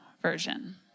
version